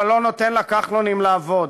אבל לא נותן לכחלונים לעבוד.